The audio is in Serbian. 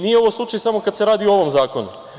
Nije ovo slučaj samo kada se radi o ovom zakonu.